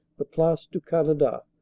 the place du canada,